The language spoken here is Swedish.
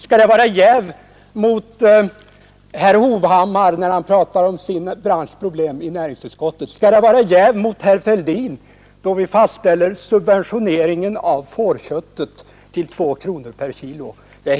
Skall det vara jäv mot herr Hovhammar, när han pratar om sina branschproblem i näringsutskottet? Skall det vara jäv mot herr Fälldin, då vi fastställer subventioneringen av fårköttet till 2 kronor per kilo?